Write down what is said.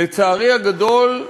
לצערי הגדול,